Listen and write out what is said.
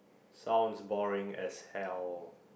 sounds boring as hell